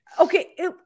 Okay